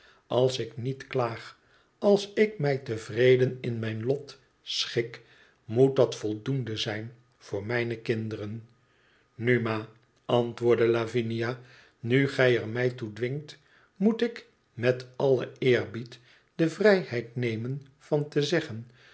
als ik niet klaag als ik mij tevreden in mijn lot schik moest dat voldoende zijn voor mijne kinderen nu ma antwoordde lavinia nu gij er mij toe dwingt moet ik met allen eerbied de vrijheid nemen van te zeggen